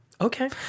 Okay